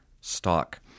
stock